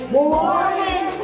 Morning